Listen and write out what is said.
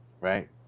right